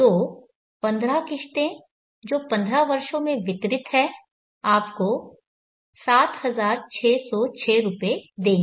तो 15 किश्तें जो पंद्रह वर्षों में वितरित हैं आपको 7606 रुपये देंगी